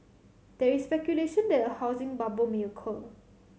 there is speculation that a housing bubble may occur